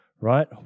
right